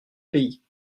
pays